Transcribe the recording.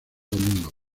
domingos